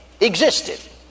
existed